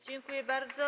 Dziękuję bardzo.